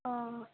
अ